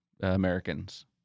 Americans